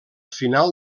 final